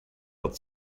out